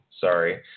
sorry